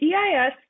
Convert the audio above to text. EIS